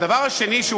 והדבר השני,